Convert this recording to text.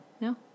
No